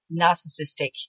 narcissistic